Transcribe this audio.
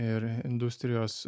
ir industrijos